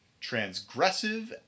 Transgressive